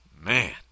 man